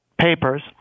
papers